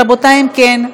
רבותי, אם כן,